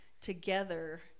together